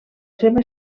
seva